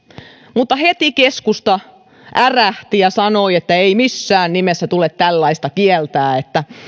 mutta heti keskusta ärähti ja sanoi että ei missään nimessä tule tällaista kieltää että